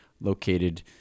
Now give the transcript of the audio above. located